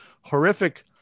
horrific